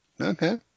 Okay